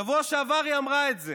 בשבוע שעבר היא אמרה את זה.